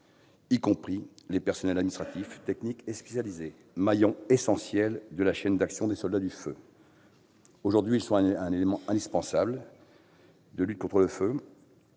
y compris des personnels administratifs, techniques et spécialisés, qui représentent un maillon essentiel de la chaîne d'action des soldats du feu. Aujourd'hui, ils sont un élément indispensable des servicesde lutte contre le feu.